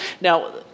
Now